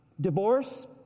Divorce